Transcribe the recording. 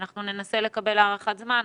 אנחנו ננסה לקבל הארכת זמן,